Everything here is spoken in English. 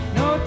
no